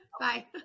Bye